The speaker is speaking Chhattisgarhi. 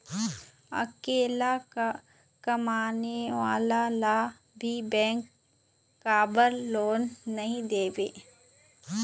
अकेला कमाने वाला ला भी बैंक काबर लोन नहीं देवे?